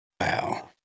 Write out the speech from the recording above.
Wow